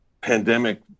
pandemic